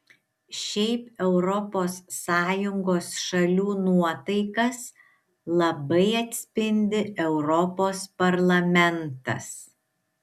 šiaip europos sąjungos šalių nuotaikas labai atspindi europos parlamentas